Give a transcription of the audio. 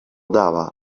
dava